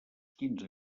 quinze